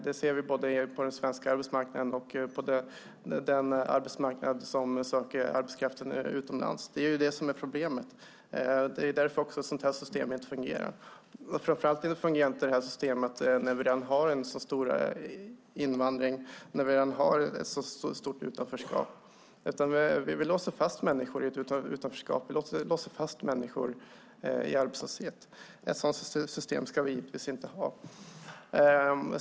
Det ser vi både på den svenska arbetsmarknaden och när man söker arbetskraft utomlands. Det är problemet, och det är därför ett sådant här system inte fungerar. Framför allt fungerar inte detta system när vi redan har en stor invandring och ett stort utanförskap. Vi låser fast människor i arbetslöshet och utanförskap. Ett sådant system ska vi givetvis inte ha.